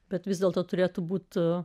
bet vis dėlto turėtų būti